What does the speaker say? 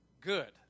good